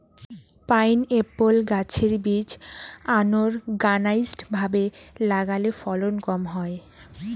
pineapple গাছের বীজ unorganised ভাবে লাগালে ফলন কম হয়